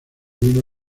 vino